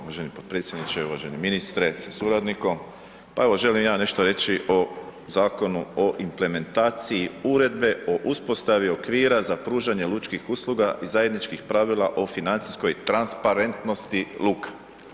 Uvaženi potpredsjedniče, uvaženi ministre sa suradnikom, pa evo želim ja nešto reći o Zakonu o implementaciji Uredbe o uspostavi okvira za pružanje lučkih usluga i zajedničkih pravila o financijskoj transparentnosti luka.